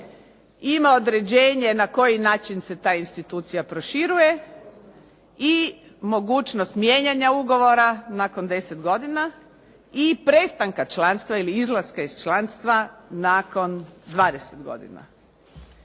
ima određenje na koji način se ta institucija proširuje i mogućnost mijenjanja ugovora nakon 10 godina i prestanka članstva ili izlaska iz članstva nakon 20 godina.